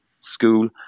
school